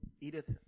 Edith